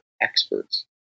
experts